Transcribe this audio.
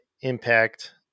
impact